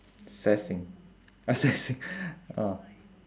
sassing ah sassing ah